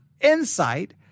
insight